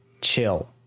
chill